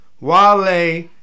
Wale